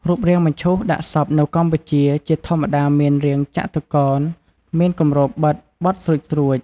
រូបរាងមឈូសដាក់សពនៅកម្ពុជា ជាធម្មតាមានរាងចតុកោណមានគម្របបិទបត់ស្រួចៗ។